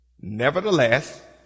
Nevertheless